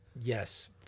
Yes